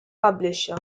publisher